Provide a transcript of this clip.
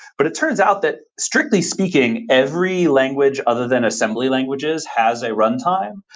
but it turns out that, strictly speaking, every language other than assembly languages has a runtime.